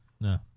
No